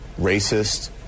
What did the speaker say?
racist